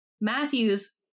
Matthew's